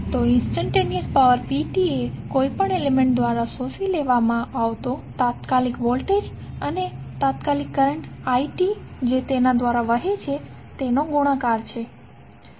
તો instantaneous power pt એ કોઈપણ એલીમેન્ટ દ્વારા શોષી લેવાતો તાત્કાલિક વોલ્ટેજ vt અને તાત્કાલિક કરંટ it જે તેના દ્વારા વહે છે તેનો ગુણાકાર છે